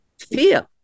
Fear